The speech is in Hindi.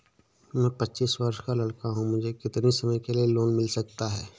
मैं पच्चीस वर्ष का लड़का हूँ मुझे कितनी समय के लिए लोन मिल सकता है?